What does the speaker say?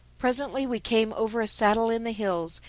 presently we came over a saddle in the hills,